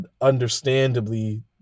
understandably